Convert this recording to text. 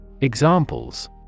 Examples